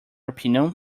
opinion